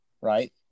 Right